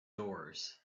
doors